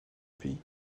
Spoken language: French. pays